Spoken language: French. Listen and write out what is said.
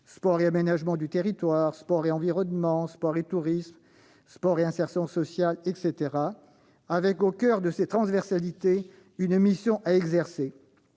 sport et aménagement du territoire, sport et environnement, sport et tourisme, sport et réinsertion sociale, etc. Au coeur de cette transversalité se distingue une